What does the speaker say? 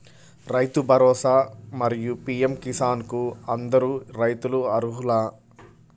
రైతు భరోసా, మరియు పీ.ఎం కిసాన్ కు అందరు రైతులు అర్హులా?